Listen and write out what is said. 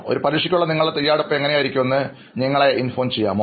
ഒരു പരീക്ഷയ്ക്കുള്ള നിങ്ങളുടെ തയ്യാറെടുപ്പ് എങ്ങനെയായിരിക്കുമെന്ന് ഞങ്ങളെ അറിയിക്കാമോ